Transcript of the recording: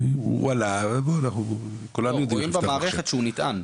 רואים במערכת שהוא נטען.